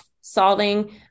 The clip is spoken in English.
solving